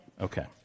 Okay